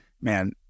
man